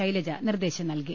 ശൈലജ നിർദ്ദേശം നൽകി